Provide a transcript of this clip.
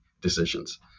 decisions